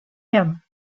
him